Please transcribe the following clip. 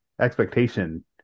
expectation